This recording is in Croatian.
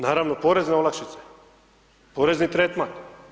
Naravno porazne olakšice, porezni tretman.